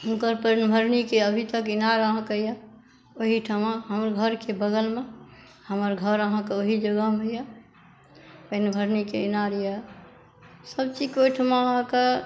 हुनकर पानिभरनीके अभी तक ईनार अहाँके यऽ ओहिठमा हमर घरके बग़लमे हमर घर अहाँके ओहि जगहमे यऽ पानिभरनीके ईनार यऽ सभ चीज़के ओहिठमा अहाँके